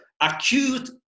acute